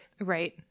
right